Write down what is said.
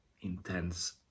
intense